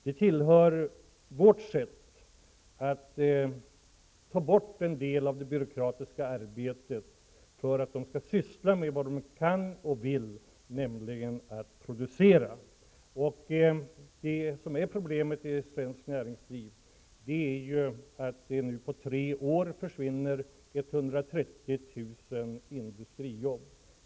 Det är ett sätt att ta bort en del av det byråkratiska arbetet, för att de skall syssla med vad de kan och vill, nämligen att producera. Det som är problemet i svenskt näringsliv är ju att det nu på tre år försvinner 130 000 industrijobb.